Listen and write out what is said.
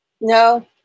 No